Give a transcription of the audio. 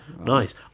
nice